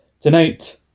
Tonight